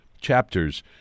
chapters